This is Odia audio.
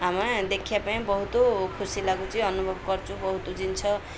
ଆମେ ଦେଖିବା ପାଇଁ ବହୁତ ଖୁସି ଲାଗୁଛି ଅନୁଭବ କରୁଛୁ ବହୁତ ଜିନିଷ